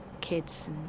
kids